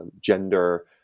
gender